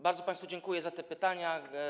Bardzo państwu dziękuję za te pytania.